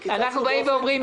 אגב, קיצצנו באופן אחיד.